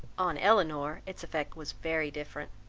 on elinor its effect was very different.